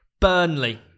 Burnley